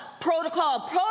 protocol